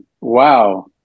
Wow